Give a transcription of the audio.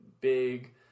big